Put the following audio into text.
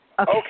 Okay